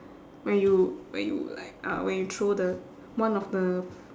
where you where you like uh where you throw the one of the